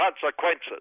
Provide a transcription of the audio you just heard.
consequences